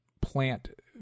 plant